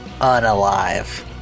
unalive